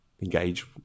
engage